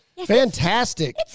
Fantastic